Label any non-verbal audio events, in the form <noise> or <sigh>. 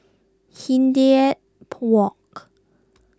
Hindhede <noise> Walk